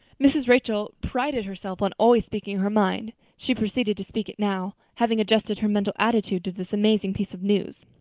mrs. rachel prided herself on always speaking her mind she proceeded to speak it now, having adjusted her mental attitude to this amazing piece of news.